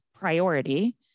priority